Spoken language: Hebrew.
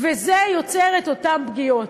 וזה יוצר את אותן פגיעות.